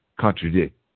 contradict